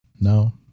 no